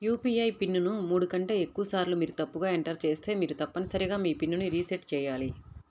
UPI PIN ను మూడు కంటే ఎక్కువసార్లు మీరు తప్పుగా ఎంటర్ చేస్తే మీరు తప్పనిసరిగా మీ పిన్ ను రీసెట్ చేయాలి